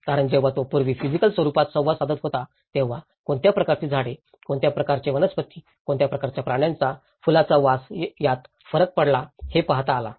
कारण जेव्हा तो पूर्वी फिजिकल स्वरुपात संवाद साधत होता तेव्हा कोणत्या प्रकारची झाडे कोणत्या प्रकारची वनस्पती कोणत्या प्रकारच्या प्राण्यांच्या फुलाचा वास यात फरक पडला हे पाहता आला